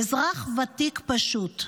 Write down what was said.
"אזרח ותיק פשוט".